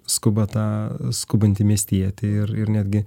skuba tą skubantį miestietį ir ir netgi